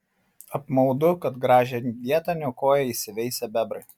apmaudu kad gražią vietą niokoja įsiveisę bebrai